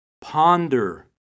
Ponder